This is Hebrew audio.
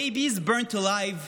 Babies burned alive,